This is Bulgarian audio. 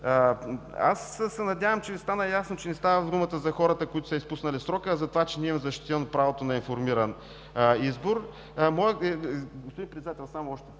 Надявам се, че Ви стана ясно, че не става дума за хората, които са изпуснали срока, а за това, че не им е защитено правото на информиран избор. Господин Председател, само още